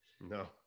No